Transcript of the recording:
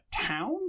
town